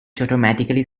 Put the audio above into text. automatically